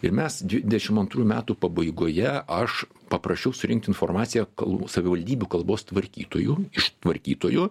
ir mes dvidešimt antrų metų pabaigoje aš paprašiau surinkt informaciją kal nu savivaldybių kalbos tvarkytojų iš tvarkytojų